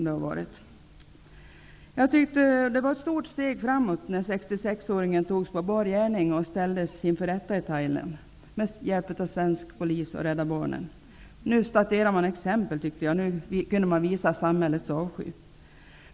Det var ett stort steg framåt när 66-åringen med hjälp av svensk polis och Rädda barnen togs på bar gärning och ställdes inför rätta i Thailand. Man kunde nu statuera exempel och visa samhällets avsky.